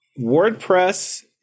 WordPress